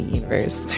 universe